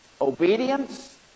Obedience